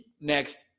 next